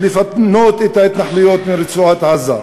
ולפנות את ההתנחלויות מרצועת-עזה.